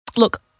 Look